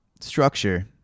structure